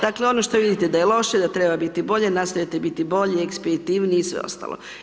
Dakle, ono što vidite da je loše, da treba biti bolje, nastojite biti bolji, ekspeditivniji i sve ostalo.